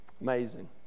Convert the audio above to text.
Amazing